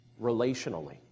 relationally